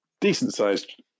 decent-sized